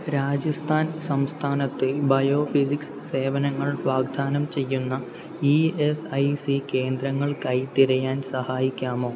രാജസ്ഥാൻ സംസ്ഥാനത്ത് ബയോഫിസിക്സ് സേവനങ്ങൾ വാഗ്ദാനം ചെയ്യുന്ന ഇ എസ് ഐ സി കേന്ദ്രങ്ങൾക്കായി തിരയാൻ സഹായിക്കാമോ